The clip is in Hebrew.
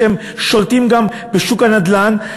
ששולטים גם בשוק הנדל"ן,